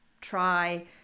try